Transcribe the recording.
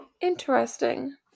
Interesting